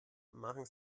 machen